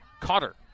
Cotter